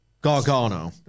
Gargano